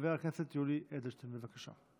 חבר הכנסת יולי אדלשטיין, בבקשה.